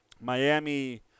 Miami –